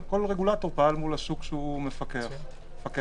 כל רגולטור פעל מול השוק שמפקח עליו.